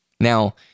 Now